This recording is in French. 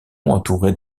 entouré